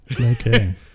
Okay